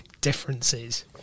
differences